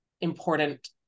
important